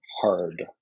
hard